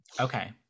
Okay